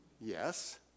Yes